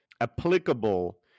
applicable